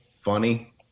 funny